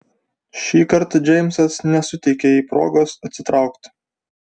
šįkart džeimsas nesuteikė jai progos atsitraukti